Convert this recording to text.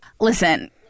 Listen